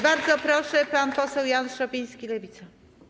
Bardzo proszę, pan poseł Jan Szopiński, Lewica.